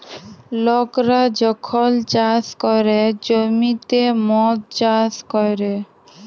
লকরা যখল চাষ ক্যরে জ্যমিতে মদ চাষ ক্যরে